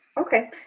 Okay